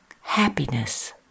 happiness